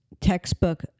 textbook